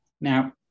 now